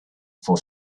for